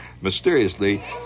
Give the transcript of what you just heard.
Mysteriously